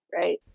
right